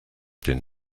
den